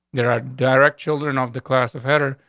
there are direct children off the class of header.